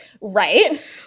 Right